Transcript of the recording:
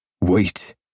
Wait